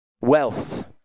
Wealth